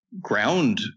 ground